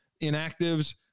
inactives